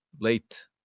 late